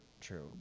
true